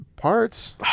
parts